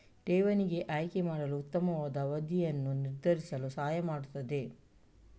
ಠೇವಣಿಗೆ ಆಯ್ಕೆ ಮಾಡಲು ಉತ್ತಮವಾದ ಅವಧಿಯನ್ನು ನಿರ್ಧರಿಸಲು ಸಹಾಯ ಮಾಡುತ್ತದೆ